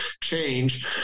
change